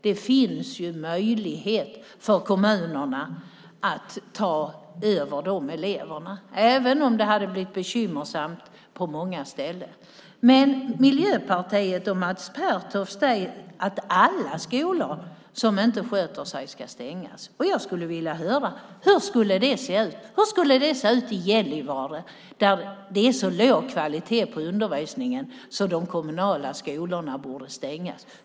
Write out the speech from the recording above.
Det finns möjlighet för kommunerna att ta över de eleverna även om det skulle bli bekymmersamt på många ställen. Men Miljöpartiet och Mats Pertoft säger att alla skolor som inte sköter sig ska stängas. Jag skulle vilja höra hur det skulle se ut. Hur skulle det se ut i Gällivare där det är så låg kvalitet på undervisningen att de kommunala skolorna borde stängas?